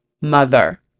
mother